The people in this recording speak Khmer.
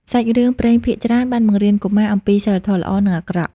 សាច់រឿងព្រេងភាគច្រើនបានបង្រៀនកុមារអំពីសីលធម៌ល្អ និងអាក្រក់។